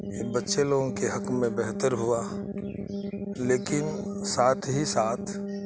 یہ بچے لوگوں کے حق میں بہتر ہوا لیکن ساتھ ہی ساتھ